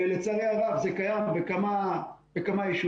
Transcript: לצערי הרב, זה קיים בכמה יישובים.